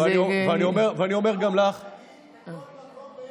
ואני אומר גם לך בכל מקום בארץ ישראל.